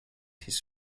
his